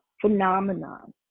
phenomenon